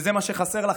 וזה מה שחסר לכם,